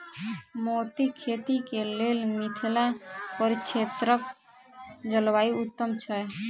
मोतीक खेती केँ लेल मिथिला परिक्षेत्रक जलवायु उत्तम छै?